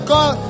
God